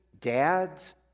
dads